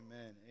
amen